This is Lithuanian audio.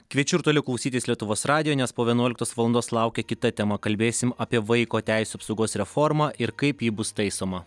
kviečiu ir toliau klausytis lietuvos radijo nes po vienuoliktos valandos laukia kita tema kalbėsime apie vaiko teisių apsaugos reformą ir kaip ji bus taisoma